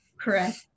Correct